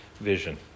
vision